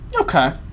Okay